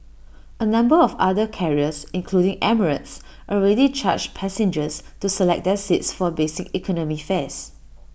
A number of other carriers including emirates already charge passengers to select their seats for basic economy fares